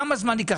כמה זמן ייקח,